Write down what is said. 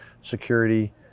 security